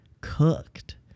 cooked